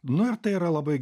nu ir tai yra labai